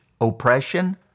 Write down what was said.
oppression